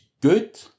good